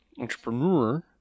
entrepreneur